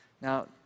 Now